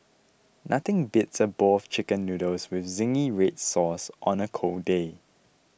nothing beats a bowl of Chicken Noodles with Zingy Red Sauce on a cold day